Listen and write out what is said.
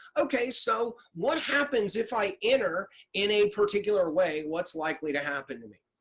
okay, so what happens if i enter in a particular way. what's likely to happen to me?